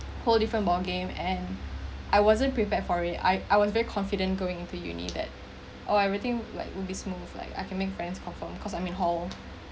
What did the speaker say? whole different ball game and I wasn't prepared for it I I was very confident going into uni that oh everything like would be smooth like I can make friends confirm because I'm in hall